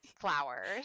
flowers